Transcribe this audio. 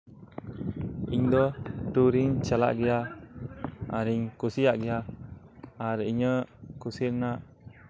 ᱤᱧ ᱫᱚ ᱴᱩᱨᱤᱧ ᱪᱟᱞᱟᱜ ᱜᱮᱭᱟ ᱟᱨᱤᱧ ᱠᱩᱥᱤᱭᱟᱜ ᱜᱮᱭᱟ ᱟᱨ ᱤᱧᱟᱹᱜ ᱠᱩᱥᱤ ᱨᱮᱱᱟᱜ